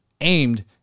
aimed